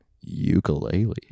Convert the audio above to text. ukulele